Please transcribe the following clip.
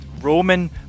Roman